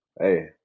Hey